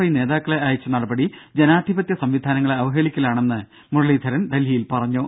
I നേതാക്കളെ അയച്ച നടപടി ജനാധിപത്യ സംവിധാനങ്ങളെ അവഹേളിക്കലാണെന്നും മുരളീധരൻ ഡൽഹിയിൽ പറഞ്ഞു